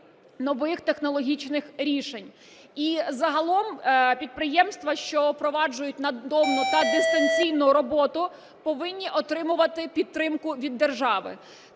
нових технологічних рішень. І загалом підприємства, що впроваджують надомну та дистанційну роботу, повинні отримувати підтримку від держави.